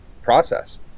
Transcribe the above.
Process